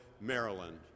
Maryland